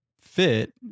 fit